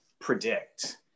predict